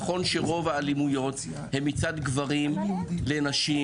נכון שרוב האלימות היא מצד גברים לנשים,